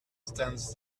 stands